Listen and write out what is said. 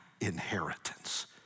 inheritance